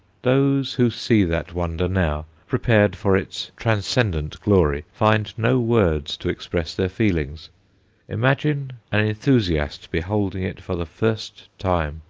those who see that wonder now, prepared for its transcendent glory, find no words to express their feeling imagine an enthusiast beholding it for the first time,